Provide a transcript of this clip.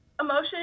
Emotion